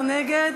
22 בעד, 14 נגד.